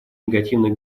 негативных